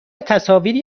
تصاویری